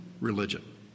religion